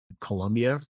Colombia